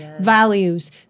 values